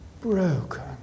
broken